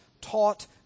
taught